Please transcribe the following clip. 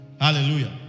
Hallelujah